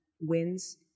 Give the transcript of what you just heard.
wins